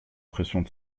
pression